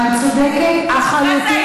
את צודקת לחלוטין.